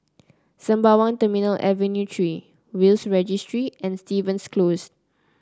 Sembawang Terminal Avenue Three Will's Registry and Stevens Close